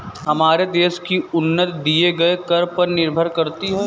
हमारे देश की उन्नति दिए गए कर पर निर्भर करती है